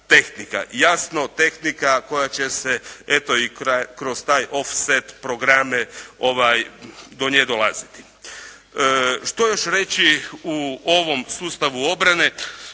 jasno tehnika koja će se i kroz taj "offset" programe do nje dolaziti. Što još reći o ovom sustavu obrane?